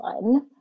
one